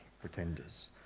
pretenders